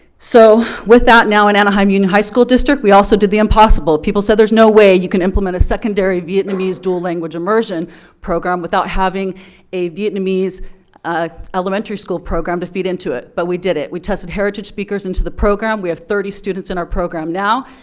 so, with that, now in anaheim union high school district, we also did the impossible. people said there's no way you can implement a secondary vietnamese dual language immersion program without having a vietnamese elementary school program to feed into it. but we did it. we tested heritage speakers into the program, we have thirty students in our program now,